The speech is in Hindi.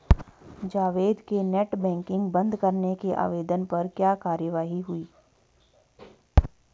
जावेद के नेट बैंकिंग बंद करने के आवेदन पर क्या कार्यवाही हुई?